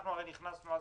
אנחנו הרי נכנסנו אז